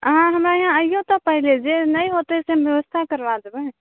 अहाँ हमरा इहाँ अइऔ तऽ पहिले जे नहि हेतै से बेबस्था करबा देबै